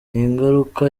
ingaruka